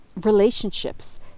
relationships